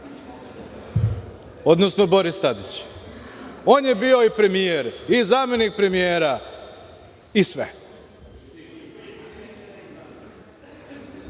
odnosno Boris Tadić. On je bio i premijer, i zamenik premijera, i sve.